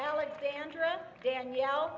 alexandra danielle